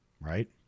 Right